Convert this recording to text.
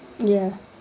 ya